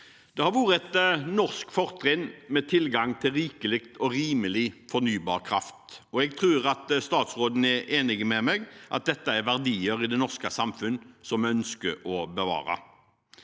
Det har vært et norsk fortrinn med tilgang til rikelig og rimelig fornybar kraft. Jeg tror statsråden er enig med meg i at dette er verdier i det norske samfunn som vi ønsker å bevare.